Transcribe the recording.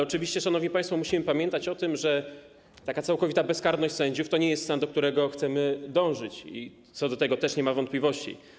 Oczywiście, szanowni państwo, musimy pamiętać o tym, że taka całkowita bezkarność sędziów to nie jest stan, do którego chcemy dążyć, i co do tego też nie ma wątpliwości.